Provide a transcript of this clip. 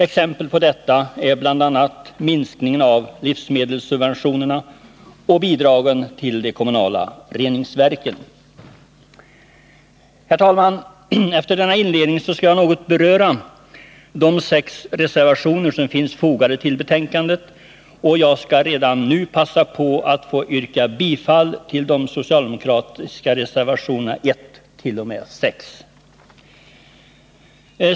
Exempel på detta är livsmedelssubventionerna och bidragen till de kommunala reningsverken. Herr talman! Efter denna inledning skall jag något beröra de sex reservationer som finns fogade till betänkandet. Jag skall passa på att redan nu yrka bifall till de socialdemokratiska reservationerna 1-6.